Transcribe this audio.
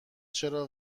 چرا